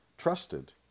trusted